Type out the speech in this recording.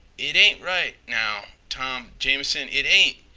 it ain't right now tom jamison it ain't.